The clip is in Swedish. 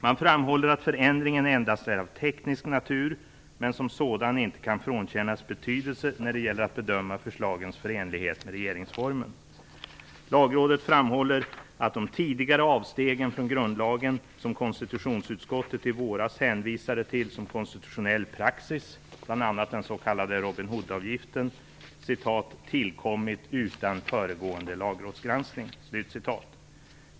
Man framhåller att förändringen endast är av teknisk natur men som sådan inte kan frånkännas betydelse när det gäller att bedöma förslagens förenlighet med regeringsformen. Lagrådet framhåller att de tidigare avstegen från grundlagen som konstitutionsutskottet i våras hänvisade till som konstitutionell praxis, bl.a. den s.k. Robin Hood-avgiften, "tillkommit utan föregående lagrådsgranskning".